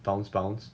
bounce bounce